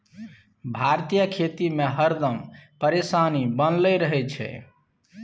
भारतीय खेती में हरदम परेशानी बनले रहे छै